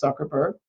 zuckerberg